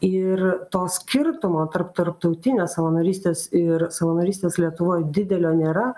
ir to skirtumo tarp tarptautinės savanorystės ir savanorystės lietuvoj didelio nėra